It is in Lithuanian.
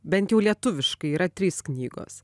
bent jau lietuviškai yra trys knygos